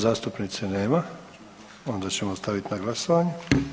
Zastupnice nema, onda ćemo stavit na glasovanje.